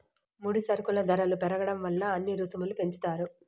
ముడి సరుకుల ధరలు పెరగడం వల్ల అన్ని రుసుములు పెంచుతారు